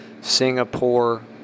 Singapore